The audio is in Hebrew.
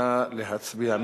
נא להצביע.